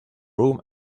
room